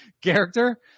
character